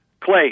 clay